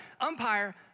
umpire